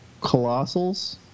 Colossals